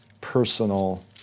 personal